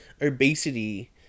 obesity